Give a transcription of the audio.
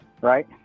right